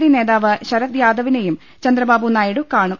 D നേതാവ് ശരത് യാദവിനെയും ചന്ദ്രബാബുനായിഡു കാണും